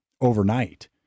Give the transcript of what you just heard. overnight